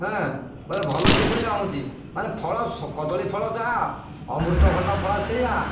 ହଁ ଭଲ ଦି ପଇସା ହେଉଛି ମାନେ ଫଳ କଦଳୀ ଫଳ ଯାହା ଅମୃତଭଣ୍ଡା ଫଳ ସେଇୟା